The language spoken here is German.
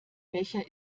becher